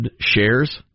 shares